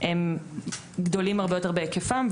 הם גדולים הרבה יותר בהיקפם,